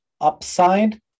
upside